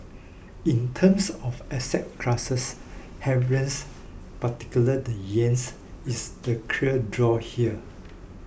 in terms of asset classes havens particularly the yen is the clear draw here